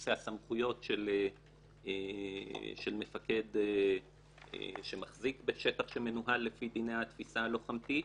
נושא הסמכויות של מפקד שמחזיק בשטח שמנוהל לפי דיני התפיסה הלוחמתית,